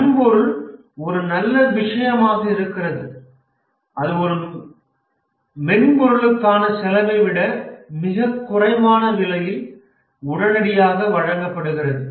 வன்பொருள் ஒரு நல்ல விஷயமாக இருக்கிறது அது மென்பொருளுக்கானா செலவை விட மிகக் குறைவான விலையில் உடனடியாக வழங்கப்படுகிறது